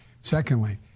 Secondly